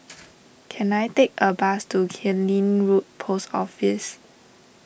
can I take a bus to Killiney Road Post Office